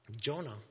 Jonah